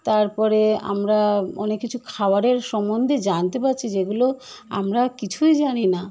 তার পরে আমরা অনেক কিছু খাবারের সম্বন্ধে জানতে পারছি যেগুলো আমরা কিছুই জানি না